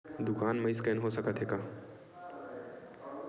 दुकान मा स्कैन हो सकत हे का?